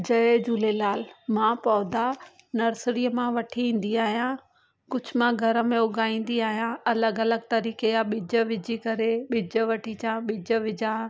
जय झूलेलाल मां पौधा नर्सरीअ मां वठी ईंदी आहियां कुझु मां घर में उगाईंदी आहियां अलॻि अलॻि तरीक़े जा बिज विझी करे बिज वठी अचां बिज विझां